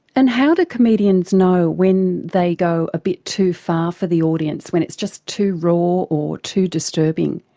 and how do comedians know when they go a bit too far for the audience, when it's just too raw or too disturbing?